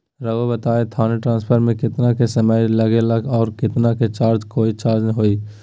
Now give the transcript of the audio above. रहुआ बताएं थाने ट्रांसफर में कितना के समय लेगेला और कितना के चार्ज कोई चार्ज होई?